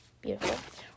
beautiful